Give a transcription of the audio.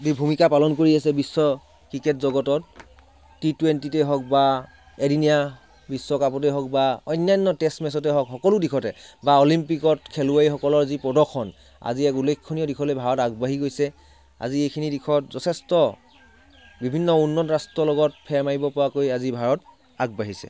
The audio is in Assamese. ভূমিকা পালন কৰি আছে বিশ্ব ক্ৰিকেট জগতত টি টুৱেন্টিতে হওক বা এদিনীয়া বিশ্বকাপতে হওক বা অন্যান্য টেষ্ট মেচতে হওক সকলো দিশতে বা অলিম্পিকত খেলুৱৈ সকলৰ যি প্ৰদৰ্শন আজি এক উল্লেখনীয় দিশলৈ ভাৰত আগবাঢ়ি গৈছে আজি এইখিনি দিশত যথেষ্ট বিভিন্ন উন্নত ৰাষ্ট্ৰৰ লগত ফেৰ মাৰিব পৰাকৈ আজি ভাৰত আগবাঢ়িছে